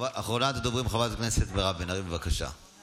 אחרונת הדוברים, חברת הכנסת מירב בן ארי, בבקשה.